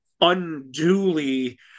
unduly